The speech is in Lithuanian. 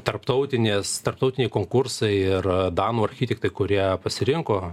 tarptautinės tarptautiniai konkursai ir danų architektai kurie pasirinko